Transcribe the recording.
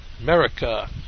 America